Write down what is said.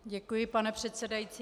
Děkuji, pane předsedající.